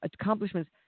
accomplishments